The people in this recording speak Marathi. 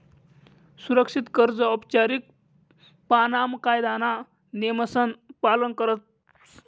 सुरक्षित कर्ज औपचारीक पाणामा कायदाना नियमसन पालन करस